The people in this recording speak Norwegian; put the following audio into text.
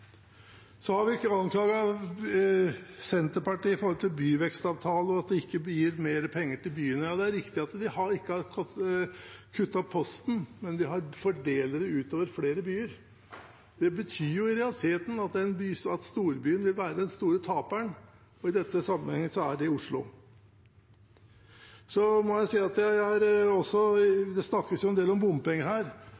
Vi har anklaget Senterpartiet i forbindelse med byvekstavtaler og at det ikke blir gitt mer penger til byene. Ja, det er riktig at de ikke har kuttet i posten, men de fordeler det på flere byer. Det betyr i realiteten at storbyen vil være den store taperen, og i denne sammenhengen er det Oslo. Det snakkes en del om bompenger her. Hvis man ser på totalsummen av bompenger, er det en funksjon av hvor mye man bygger. Det er